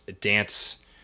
dance